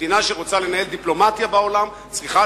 מדינה שרוצה לנהל דיפלומטיה בעולם צריכה